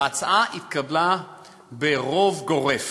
וההצעה התקבלה ברוב גורף.